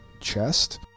chest